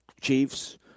Chiefs